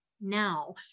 now